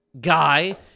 guy